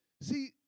See